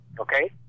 okay